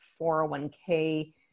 401k